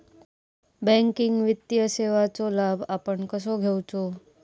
Banking वित्तीय सेवाचो लाभ आपण कसो घेयाचो?